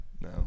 no